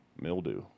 mildew